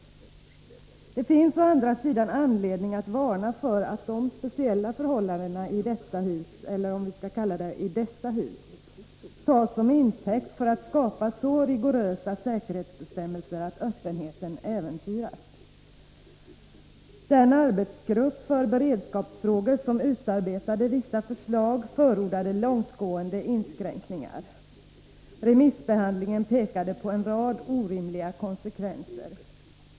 Det finns å andra sidan anledning att varna för att de speciella förhållandena i detta hus — eller skall vi säga i dessa hus — tas som intäkt för att skapa så rigorösa säkerhetsbestämmelser att öppenheten äventyras. Den arbetsgrupp för beredskapsfrågor som utarbetade vissa förslag förordade långtgående inskränkningar. Remissbehandlingen pekade på en rad orimliga konsekvenser.